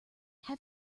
have